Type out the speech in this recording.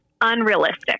unrealistic